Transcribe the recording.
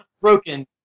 broken